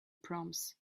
proms